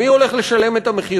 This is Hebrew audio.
מי הולך לשלם את המחיר?